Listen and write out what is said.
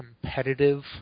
competitive